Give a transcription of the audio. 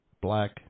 black